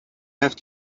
have